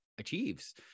achieves